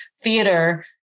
theater